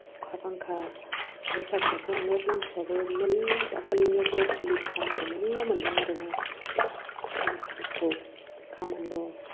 अखा बांखा ओमफ्राय साख्रियाथ' अनेख मानसियाबो मेल्ला दाखालिनियावथ' पुलिस कामान्ड' नि मेल्ला मोनदों आरोना पुलिसफोरखौ खामान्द'